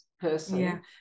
person